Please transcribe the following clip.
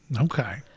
Okay